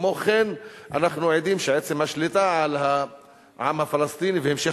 כמו כן אנחנו עדים לכך שעצם השליטה על העם הפלסטיני והמשך